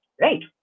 right